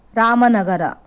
Ramanagara